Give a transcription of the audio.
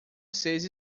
seis